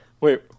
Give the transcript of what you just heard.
wait